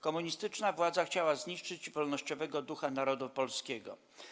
Komunistyczna władza chciała zniszczyć wolnościowego ducha Narodu Polskiego.